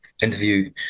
interview